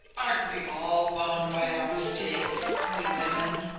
aren't we all bound by our mistakes we women?